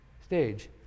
stage